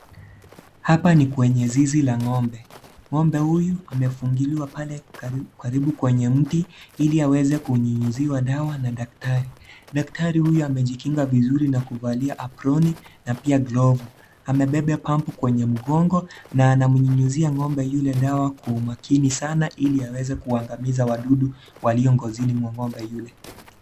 Hapa ni kwenye zizi la ng'ombe. Ng'ombe huyu amefungiliwa pale karibu kwenye mti, ili aweze kunyunyuziwa dawa na daktari. Daktari huyu amejikinga vizuri na kuvalia aproni na pia glove . Amembemba pump kwenye mgongo na anamnyunyuzia ng'ombe yule dawa kwa umakini sana ili aweze kuangamiza wandundu walio ngozini mwa ng'ombe yule.